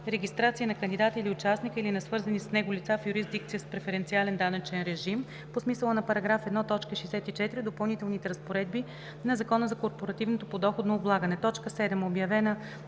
регистрация на кандидата или участника, или на свързани с него лица в юрисдикция с преференциален данъчен режим по смисъла на § 1, т. 64 от допълнителните разпоредби на Закона за корпоративното подоходно облагане; 7. обявена